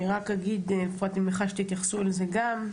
אני רק אגיד ואני מניחה שתתייחסו לזה גם,